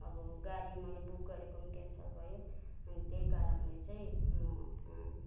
अब गाडी मैले बुक गरेको पनि क्यान्सल भयो अनि त्यही कारणले चाहिँ म